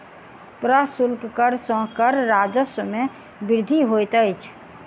प्रशुल्क कर सॅ कर राजस्व मे वृद्धि होइत अछि